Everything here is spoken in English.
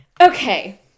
Okay